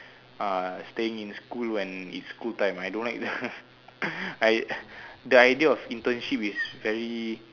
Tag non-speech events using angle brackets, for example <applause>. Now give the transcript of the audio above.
uh staying in school when it's school time I don't like the <laughs> I the idea of internship is very